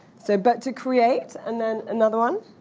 so but to create. and then another one?